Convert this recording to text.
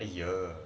!aiya!